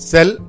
Sell